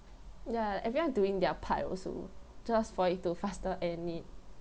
ya everyone doing their part also just for it to faster end it